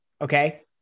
okay